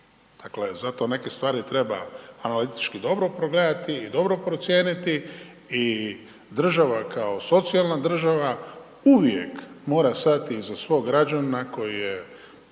Dakle, zato neke stvari treba analitički dobro pregledati i dobro procijeniti i država kao socijalna država uvijek mora stati iza svog građana koji je